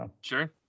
Sure